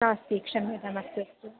नास्ति क्षम्यताम् अस्तु अस्तु